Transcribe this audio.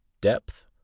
depth